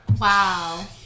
Wow